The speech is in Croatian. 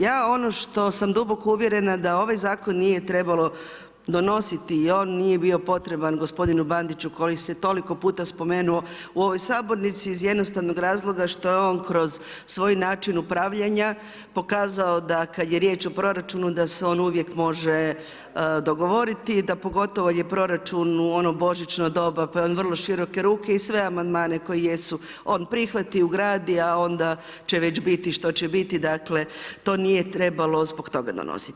Ja ono što sam duboko uvjerena da ovaj zakon nije trebalo donositi, i on nije bio potreban gospodinu Bandiću koji se toliko puta spomenuo u ovoj sabornici iz jednostavnog razloga što je on kroz svoj način upravljanja pokazao da kad je riječ o proračunu da se on uvijek može dogovoriti i pogotovo da kad je proračun u ono božićno doba pa je on vrlo široke doba i sve amandmane koji jesu, on prihvati, ugradi a onda će već biti što će biti, dakle, to nije trebalo zbog toga donositi.